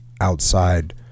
outside